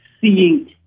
seeing